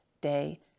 day